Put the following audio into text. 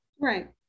Right